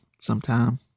sometime